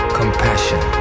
compassion